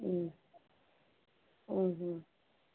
ಹ್ಞೂ ಹ್ಞೂ ಹ್ಞೂ